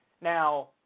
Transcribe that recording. Now